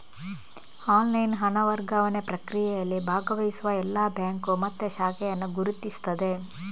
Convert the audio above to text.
online ಹಣ ವರ್ಗಾವಣೆ ಪ್ರಕ್ರಿಯೆಯಲ್ಲಿ ಭಾಗವಹಿಸುವ ಎಲ್ಲಾ ಬ್ಯಾಂಕು ಮತ್ತೆ ಶಾಖೆಯನ್ನ ಗುರುತಿಸ್ತದೆ